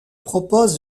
propose